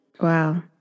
wow